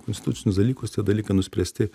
konstitucinius dalykus tie dalykai nuspręsti